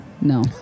No